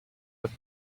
with